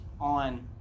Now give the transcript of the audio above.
on